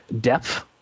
depth